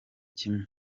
kimwe